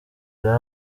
urebe